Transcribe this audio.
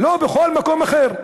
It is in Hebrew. ולא בכל מקום אחר.